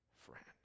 friend